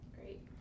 Great